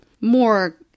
more